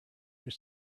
your